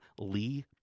Lee